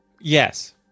Yes